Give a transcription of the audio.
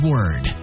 Word